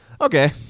okay